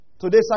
Today